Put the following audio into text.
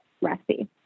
recipe